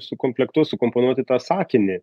sukomplektuot sukomponuoti tą sakinį